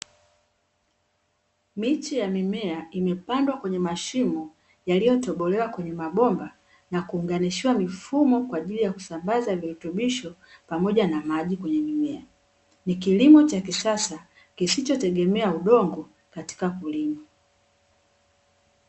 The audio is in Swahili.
Miche ya mimea imepandwa kwenye mashimo, yaliyo tobolewa kwenye mabomba na kuunganishiwa mifumo, kwa ajili ya kusambaza virutubisho pamoja na maji kwenye mimea ni kilimo cha kisasa kisichotegemea udongo katika kulima.